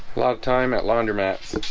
lot of time at laundromats.